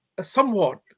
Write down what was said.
somewhat